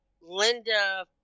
Linda